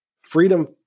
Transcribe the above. freedom